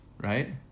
Right